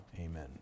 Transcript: amen